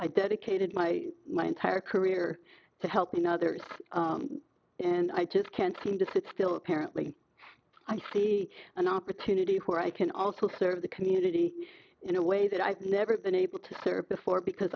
i dedicated my my entire career to helping others and i just can't seem to sit still apparently i see an opportunity where i can also serve the community in a way that i've never been able to serve before because